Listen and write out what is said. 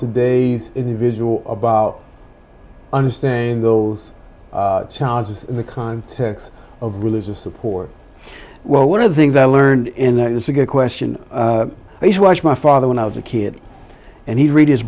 today's individual about understand bills in the context of religious support well one of the things i learned in that it's a good question is watch my father when i was a kid and he read his